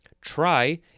try